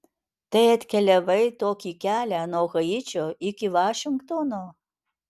tai atkeliavai tokį kelią nuo haičio iki vašingtono